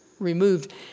removed